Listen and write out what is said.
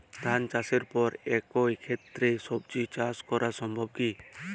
ধান চাষের পর একই ক্ষেতে সবজি চাষ করা সম্ভব কি?